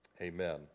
Amen